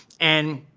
and